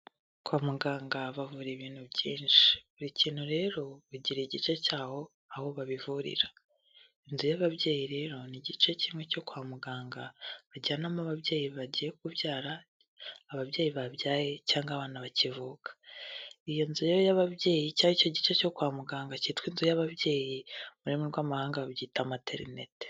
Kwa muganga bavura ibintu byinshi buri kintu rero bagira igice cyaho aho babivurira, inzu y'ababyeyi rero ni igice kimwe cyo kwa muganga bajyanamo ababyeyi bagiye kubyara, ababyeyi babyaye cyangwa abana bakivuka, iyo nzu rero y'ababyeyi cyangwa icyo gice cyo kwa muganga cyitwa inzu y'ababyeyi mu rurimi rw'amahanga babyita materinite.